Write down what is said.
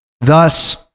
thus